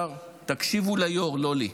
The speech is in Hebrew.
תקשיבו ליו"ר, לא לי.